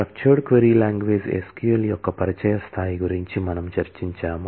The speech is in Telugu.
స్ట్రక్చర్డ్ క్వరీ లాంగ్వేజ్ SQL యొక్క పరిచయ స్థాయి గురించి మనము చర్చించాము